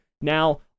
now